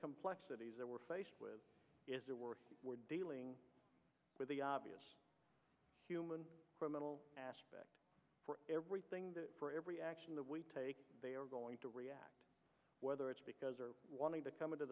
complexities that we're faced with is the work we're dealing with the obvious human criminal aspect everything that for every action that we take they are going to react whether it's because they are wanting to come into